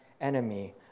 enemy